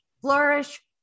Flourish